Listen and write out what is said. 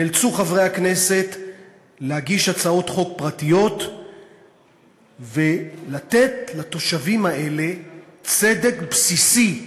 נאלצו חברי הכנסת להגיש הצעות חוק פרטיות ולתת לתושבים האלה צדק בסיסי,